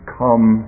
come